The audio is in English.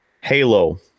Halo